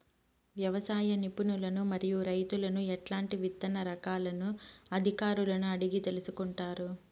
వ్యవసాయ నిపుణులను మరియు రైతులను ఎట్లాంటి విత్తన రకాలను అధికారులను అడిగి తెలుసుకొంటారు?